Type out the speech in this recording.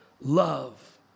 love